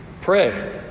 Pray